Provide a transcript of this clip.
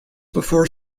before